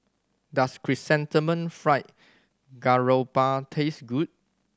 does Chrysanthemum Fried Garoupa taste good